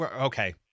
Okay